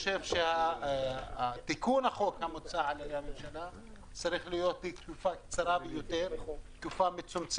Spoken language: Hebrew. - חושבת שהתזרים הזה הוא קריטי לחברות התעופה,